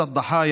(אומר בערבית: